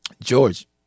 George